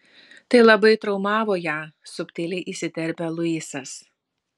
tai labai traumavo ją subtiliai įsiterpia luisas